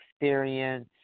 experience